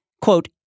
quote